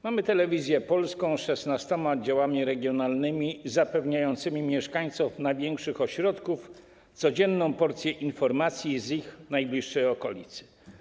Mamy Telewizję Polską z 16 oddziałami regionalnymi, zapewniającymi mieszkańcom największych ośrodków codzienną porcję informacji z ich najbliższej okolicy.